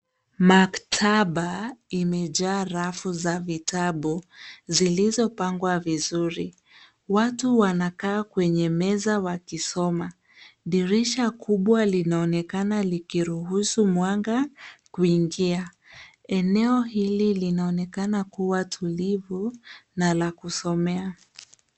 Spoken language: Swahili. Maktaba imejaa rafu za vitabu zilizopangwa vizuri. Watu wanakaa kwenye meza wakisoma. Dirisha kubwa linaonekana likiruhusu mwanga kuingia. Eneo hili linaonekana kuwa tulivu na la kusomea.